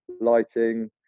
lighting